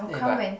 eh but